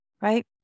right